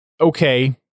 okay